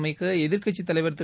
அமைக்க எதிர்க்கட்சித் தலைவர் திரு